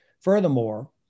Furthermore